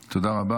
תודה רבה.